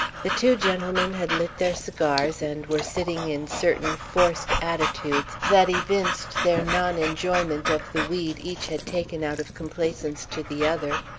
the two gentlemen had lit their cigars and were sitting in certain forced attitudes that evinced their non-enjoyment of the weed each had taken out of complaisance to the other,